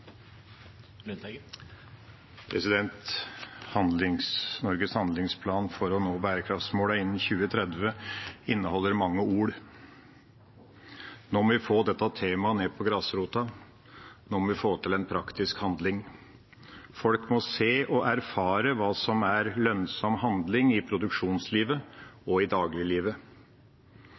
Norges handlingsplan for å nå bærekraftsmålene innen 2030 inneholder mange ord. Nå må vi få dette temaet ned på grasrota. Nå må vi få til praktisk handling. Folk må se og erfare hva som er lønnsom handling i produksjonslivet og i dagliglivet.